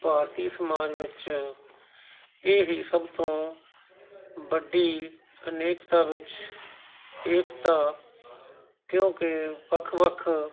ਭਾਰਤੀ ਸਮਾਜ ਵਿੱਚ ਇਹ ਹੀ ਸਭ ਤੋਂ ਵੱਡੀ ਅਨੇਕਤਾਂ ਵਿੱਚ ਏਕਤਾ ਕਿਉਂਕਿ ਵੱਖ ਵੱਖ